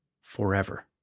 forever